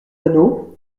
anneau